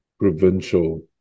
provincial